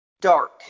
Dark